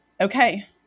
Okay